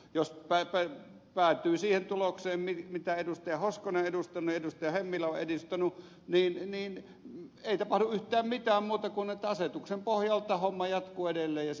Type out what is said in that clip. jos päätyy siihen tulokseen mitä edustajat hoskonen ja hemmilä ovat edustaneet niin ei tapahdu yhtään mitään muuta kuin se että asetuksen pohjalta homma jatkuu edelleen ja sillä siisti